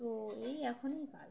তো এই এখনই ভালো